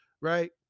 right